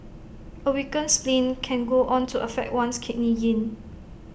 A weakened spleen can go on to affect one's Kidney Yin